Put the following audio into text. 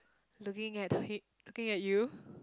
looking at the head looking at you